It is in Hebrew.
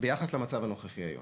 ביחס למצב הנוכחי היום,